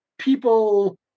people